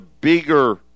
bigger